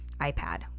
iPad